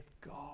God